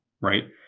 right